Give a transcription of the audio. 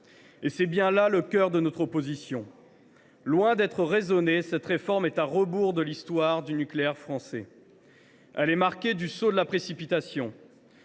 C’est bien là le cœur de notre opposition. Loin d’être raisonnée, cette réforme est à rebours de l’histoire du nucléaire français. Elle est marquée du sceau de la précipitation,